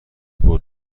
بود